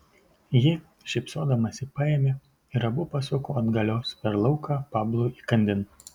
ji šypsodamasi paėmė ir abu pasuko atgalios per lauką pablui įkandin